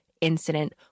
incident